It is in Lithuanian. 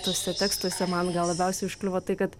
tuose tekstuose man labiausiai užkliuvo tai kad